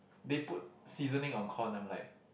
they put seasoning on corn I'm like